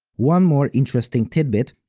one more interesting tidbit.